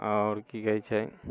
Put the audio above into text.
आओर की कहैत छै